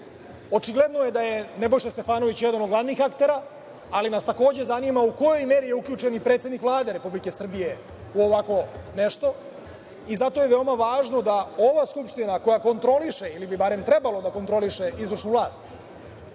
posao. Očigledno je da je Nebojša Stefanović jedan od glavnih aktera, ali nas takođe zanima - u kojoj meri je uključen i predsednik Vlade Republike Srbije u ovako nešto i zato je veoma važno da ova Skupština, koja kontroliše ili bi barem trebalo da kontroliše izvršnu vlast,